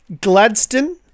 Gladstone